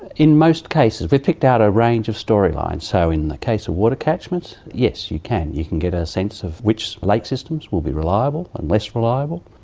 in most cases. we've picked out a range of storylines. so, in the case of water catchments, yes, you can, you can get a sense of which lake systems will be reliable and less reliable.